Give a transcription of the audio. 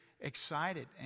excited